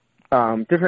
different